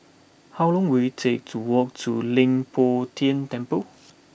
how long will it take to walk to Leng Poh Tian Temple